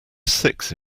six